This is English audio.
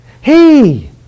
hey